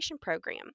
program